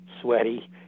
sweaty